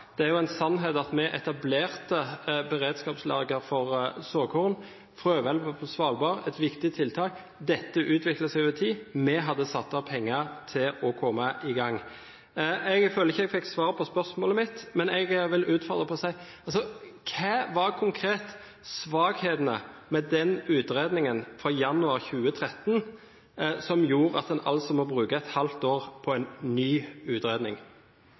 Det er jo en sannhet at vi etablerte beredskapslager for såkorn. Frøhvelvet på Svalbard er et viktig tiltak. Dette utvikler seg over tid. Vi hadde satt av penger til å komme i gang. Jeg føler ikke at jeg fikk svar på spørsmålet mitt. Hva konkret var svakhetene med utredningen fra januar 2013 som gjorde at en altså må bruke et halvt år på en ny utredning?